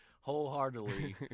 wholeheartedly